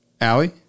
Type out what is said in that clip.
Allie